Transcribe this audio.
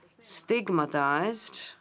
stigmatized